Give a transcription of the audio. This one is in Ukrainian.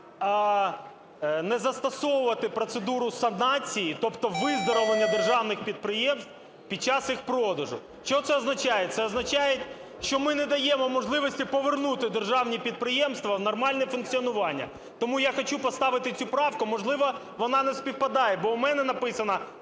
не застосовувати процедуру санації, тобто виздоровлення державних підприємств під час їх продажу. Що це означає? Це означає, що ми не даємо можливості повернути державні підприємства в нормальне функціонування. Тому я хочу поставити цю правку, можливо, вона не співпадає, бо у мене написано